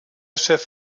chef